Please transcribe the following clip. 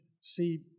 see